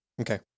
Okay